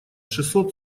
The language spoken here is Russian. шестьсот